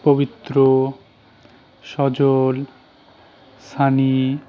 পবিত্র সজল সানি